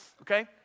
Okay